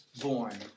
born